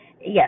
Yes